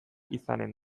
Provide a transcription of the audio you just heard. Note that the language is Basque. izanen